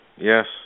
Yes